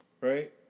Right